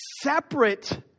separate